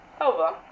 Over